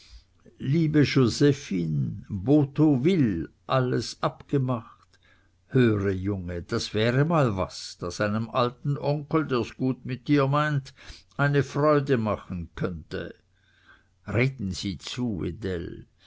liebe josephine botho will alles abgemacht höre junge das wäre mal was das einem alten onkel der's gut mit dir meint eine freude machen könnte reden sie zu wedell